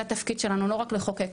זה התפקיד שלנו, לא רק לחוקק.